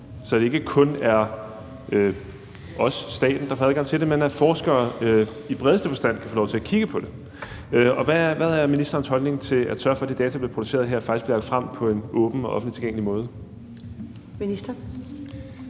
så det ikke kun er os, staten, der får adgang til det, men at forskere i bredeste forstand kan få lov til at kigge på det. Hvad er ministerens holdning til at sørge for, at de data, der bliver produceret her, faktisk bliver lagt frem på en åben og offentligt tilgængelig måde? Kl.